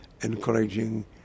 encouraging